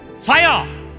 fire